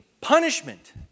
punishment